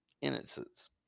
innocence